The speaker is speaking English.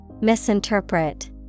Misinterpret